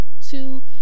Two